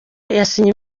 yasinye